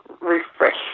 refresh